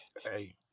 Hey